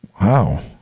wow